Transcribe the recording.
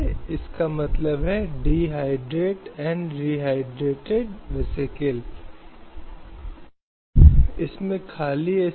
और जबकि उन्हें अन्य श्रेणी के संस्थानों में अनुमति दी जा रही है